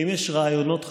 האם יש רעיונות חדשים?